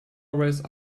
always